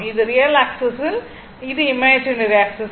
இது real axis இது imaginary axis